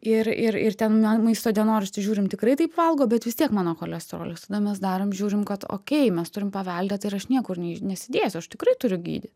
ir ir ir ten maisto dienoraštį žiūrim tikrai taip valgo bet vis tiek mano cholesterolis tada mes darom žiūrim kad okei mes turim paveldėtą ir aš niekur nesidėsiu aš tikrai turiu gydyt